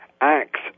acts